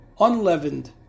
unleavened